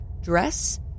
dress